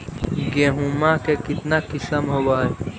गेहूमा के कितना किसम होबै है?